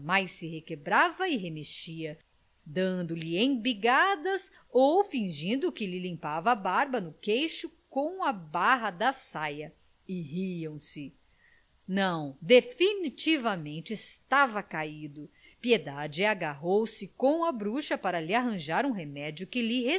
mais se requebrava e remexia dando-lhe embigadas ou fingindo que lhe limpava a baba no queixo com a barra da saia e riam-se não definitivamente estava caído piedade agarrou-se com a bruxa para lhe arranjar um remédio que lhe